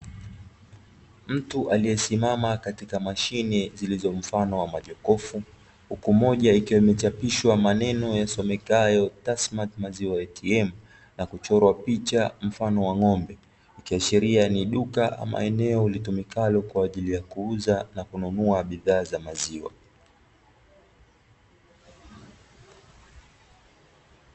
Mtu aliyesimama katika mashine zilizo na mfano wa jokofu, moja ikiwa imechapisha maneno yasomekayo MAZIWA ATM na kuchorwa picha mfano wa ng’ombe, ikiashiria ni duka ama eneo litumikalo kwa ajili ya kuuza au kununua bidhaa za maziwa.